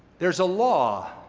there's a law